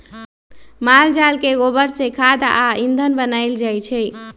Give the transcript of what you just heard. माल जाल के गोबर से खाद आ ईंधन बनायल जाइ छइ